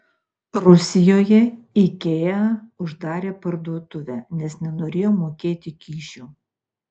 rusijoje ikea uždarė parduotuvę nes nenorėjo mokėti kyšių